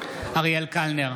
אריאל קלנר,